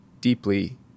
deeply